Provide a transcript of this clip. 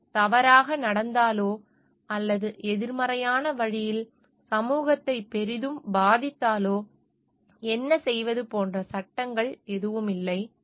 அது தவறாக நடந்தாலோ அல்லது எதிர்மறையான வழியில் சமூகத்தை பெரிதும் பாதித்தாலோ என்ன செய்வது போன்ற சட்டங்கள் எதுவும் இல்லை